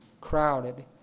crowded